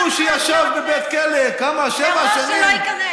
באום אל-פחם,